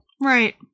right